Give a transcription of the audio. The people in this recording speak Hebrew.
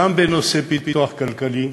גם בנושא פיתוח כלכלי,